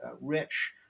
rich